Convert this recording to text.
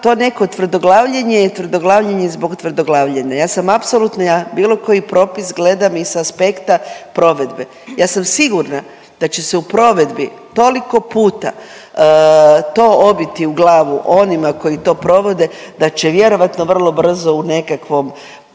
To neko tvrdoglavljenje je tvrdoglavljenje zbog tvrdoglavljenja. Ja sam apsolutno, ja bilo koji propis gledam i sa aspekta provedbe. Ja sam sigurna da će se u provedbi toliko puta to obiti u glavu onima koji to provode, da će vjerojatno vrlo brzo u nekakvom,